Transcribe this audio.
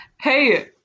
Hey